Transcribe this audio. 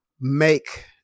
make